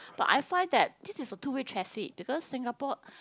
but I find that this is a two way traffic you know Singapore